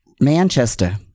Manchester